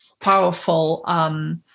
powerful